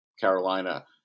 Carolina